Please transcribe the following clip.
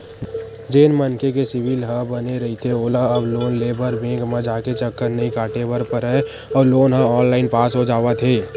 जेन मनखे के सिविल ह बने रहिथे ओला अब लोन लेबर बेंक म जाके चक्कर नइ काटे बर परय अउ लोन ह ऑनलाईन पास हो जावत हे